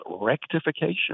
rectification